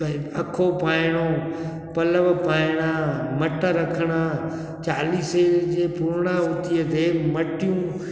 त अखो पाइणो पलउ पाइणा मट रखिणा चालीहे जे पूर्णावृति ते मटयूं